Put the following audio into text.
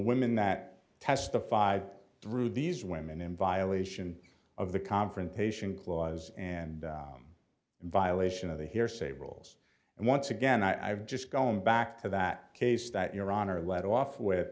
women that testified through these women in violation of the confrontation clause and in violation of the hearsay rules and once again i've just gone back to that case that iran are let off with